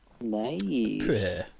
Nice